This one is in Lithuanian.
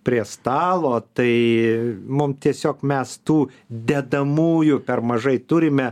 prie stalo tai mum tiesiog mes tų dedamųjų per mažai turime